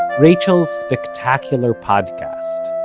rachael's spectacular podcast,